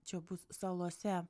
čia bus salose